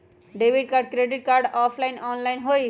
Debit card credit card offline online होई?